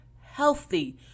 healthy